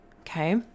Okay